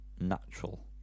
natural